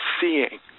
seeing